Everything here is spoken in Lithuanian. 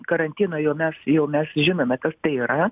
karantiną jau mes jau mes žinome kas tai yra